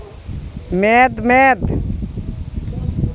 ᱢᱮᱫᱼᱢᱮᱫ